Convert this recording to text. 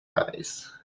eyes